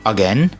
Again